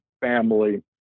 family